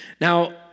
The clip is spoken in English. Now